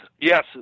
yes